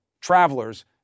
travelers